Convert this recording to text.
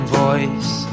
voice